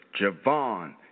Javon